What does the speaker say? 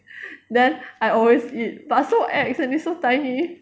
then I always eat but so ex and it's so tiny